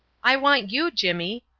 i want you, jimmy,